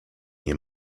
nie